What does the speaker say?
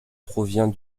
provient